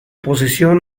posición